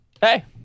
hey